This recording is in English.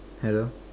hello